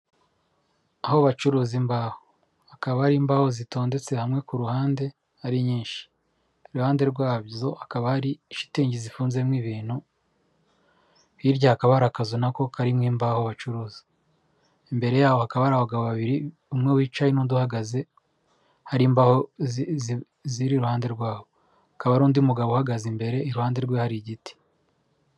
Aho bacuruza imbaho, hakaba hari imbaho zitondetse hamwe ku ruhande ari nyinshi. Iruhande rwazo hakaba hari inshitingi zifunzemo ibintu. Hirya hakaba hari akazu nako karimo imbaho bacuruza. Imbere ya hakaba hari abagabo babiri, umwe wicaye n'uduhagaze .hari imbaho ziri iruhande rwabo . Hakaba hari undi mugabo uhagaze imbere iruhande rwe hari igiti.